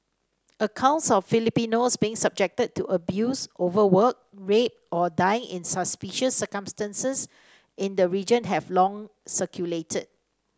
accounts of Filipinos being subjected to abuse overwork rape or dying in suspicious circumstances in the region have long circulated